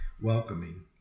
Welcoming